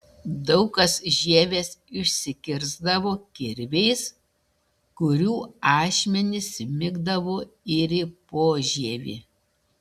daug kas žievės išsikirsdavo kirviais kurių ašmenys smigdavo ir į požievį